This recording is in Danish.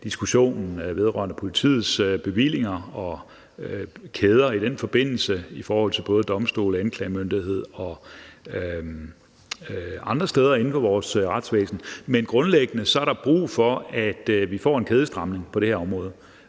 diskussionen om politiets bevillinger og kæder i den forbindelse til både domstole, anklagemyndighed og andre steder inden for vores retsvæsen. Men grundlæggende er der brug for, at vi får en kædestramning på det her område,